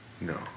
No